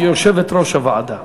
היא גם יושבת-ראש הוועדה.